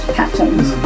patterns